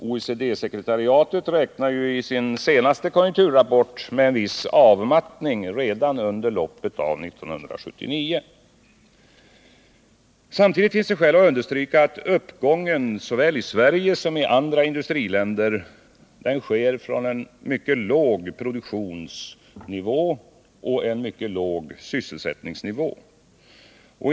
OECD-sekretariatet räknar i sin senaste konjunkturrapport med en viss avmattning redan under loppet av 1979. Samtidigt finns det skäl att understryka att uppgången såväl i Sverige som i andra industriländer sker från en mycket låg produktionsoch sysselsättningsnivå.